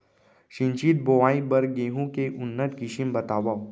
सिंचित बोआई बर गेहूँ के उन्नत किसिम बतावव?